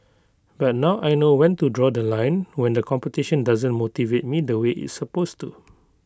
but now I know when to draw The Line when the competition doesn't motivate me the way it's supposed to